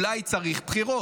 אולי צריך בחירות".